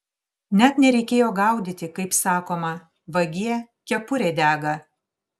net nereikėjo gaudyti kaip sakoma vagie kepurė dega